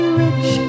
rich